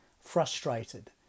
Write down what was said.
frustrated